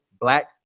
black